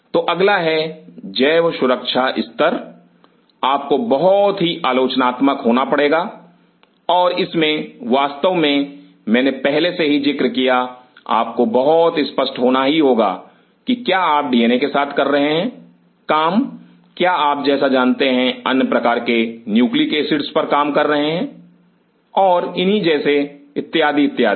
तो अगला है जैव सुरक्षा स्तर आपको बहुत ही आलोचनात्मक होना पड़ेगा और इसमें वास्तव में मैंने पहले से ही जिक्र किया आपको बहुत स्पष्ट होना होगा कि क्या आप डीएनए के साथ कार्य कर रहे हैं क्या आप जैसा जानते हैं अन्य प्रकार के न्यूक्लिक एसिड्स पर काम कर रहे हैं और इन्हीं जैसे इत्यादि